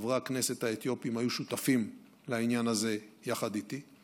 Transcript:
חברי הכנסת האתיופים היו שותפים לעניין הזה יחד איתי.